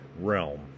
realm